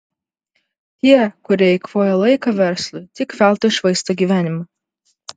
tie kurie eikvoja laiką verslui tik veltui švaisto gyvenimą